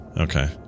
okay